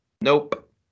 Nope